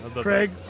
Craig